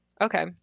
okay